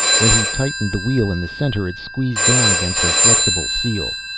when he tightened the wheel in the center, it squeezed down against a flexible seal.